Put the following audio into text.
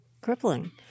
crippling